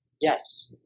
Yes